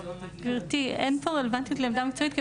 גבירתי, אין פה רלוונטיות לעמדה מקצועית.